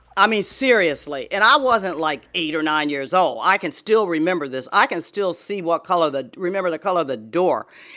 i mean, seriously. and i wasn't, like, eight or nine years old. i can still remember this. i can still see what color the remember the color of the door.